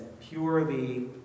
purely